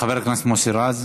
חבר הכנסת מוסי רז,